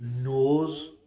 knows